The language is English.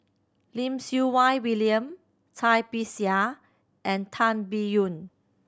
Lim Siew Wai William Cai Bixia and Tan Biyun